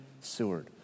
Seward